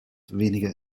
weniger